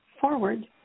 forward